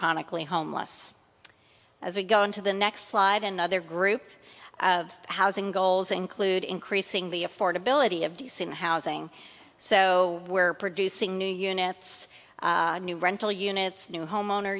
chronically homeless as we go into the next live another group of housing goals include increasing the affordability of decent housing so we're producing new units new rental units new homeowner